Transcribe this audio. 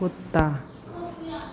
कुत्ता कुत्ता